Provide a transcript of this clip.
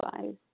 eyes